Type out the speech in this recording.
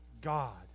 God